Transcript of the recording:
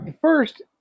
First